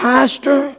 Pastor